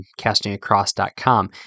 castingacross.com